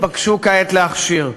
תתבקשו כעת להכשיר.